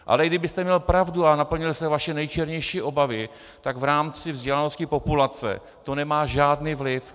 Ale i kdybyste měl pravdu a naplnily se vaše nejčernější obavy, tak v rámci vzdělanosti populace to nemá žádný vliv.